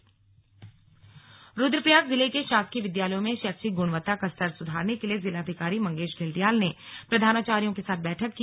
slug प्रधानाचार्य बैठक रुद्रप्रयाग जिले के शासकीय विद्यालयों में शैक्षिक गुणवत्ता का स्तर सुधारने के लिए जिलाधिकारी मंगेश घिल्डियाल ने प्रधानाचार्यों के साथ बैठक की